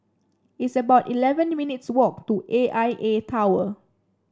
it's about eleven minutes walk to A I A Tower